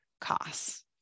costs